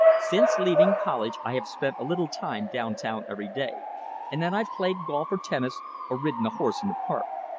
since leaving college i have spent a little time down town every day and then i've played golf or tennis or ridden a horse in the park.